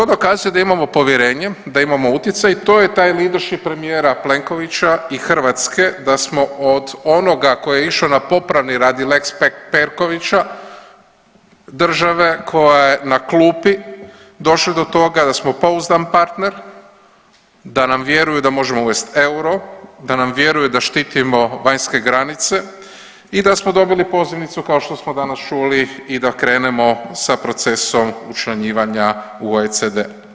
To dokazuje da imamo povjerenje, da imamo utjecaj i to je taj liedership premijera Plenkovića i Hrvatske da smo od onoga tko je išao na popravni radi lex Pekovića države koja je na klupi došli do toga da smo pouzdan partner, da nam vjeruju da možemo uvesti euro, da nam vjeruju da štitimo vanjske granice i da smo dobili pozivnicu kao što smo danas čuli i da krenemo sa procesom učlanjivanja u OECD.